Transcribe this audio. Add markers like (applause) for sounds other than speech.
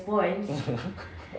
(laughs)